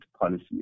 policy